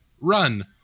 run